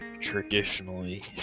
traditionally